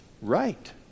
right